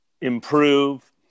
improve